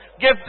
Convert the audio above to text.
give